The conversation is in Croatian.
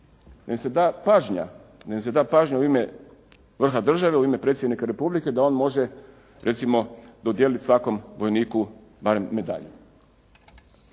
da im se da pažnja u ime vrha države, u ime predsjednika Republike da on može recimo dodijeliti svakom vojniku barem medalje.